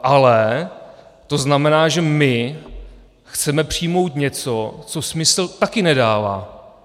Ale to znamená, že my chceme přijmout něco, co smysl taky nedává.